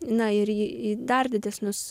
na ir į dar didesnius